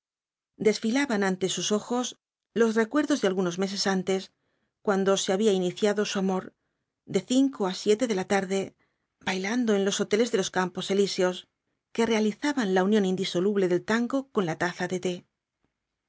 desfilaban ante sus ojos los recuerdos de algunos meees antes cuando se había iniciado su amor de cinco á siete de la tarde bailando en los hoteles de los campos elíseos que realizaban la unión indisoluble del tengo con la taza de té